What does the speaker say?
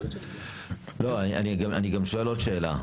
לא, אני גם שואל עוד שאלה.